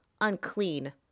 unclean